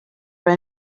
were